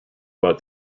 about